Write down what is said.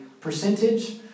percentage